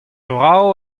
vrav